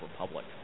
Republic